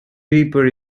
reaper